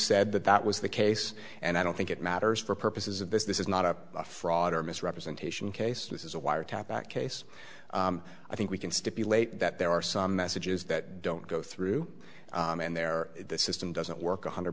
said that that was the case and i don't think it matters for purposes of this this is not a fraud or misrepresentation case this is a wiretap that case i think we can stipulate that there are some messages that don't go through and there this system doesn't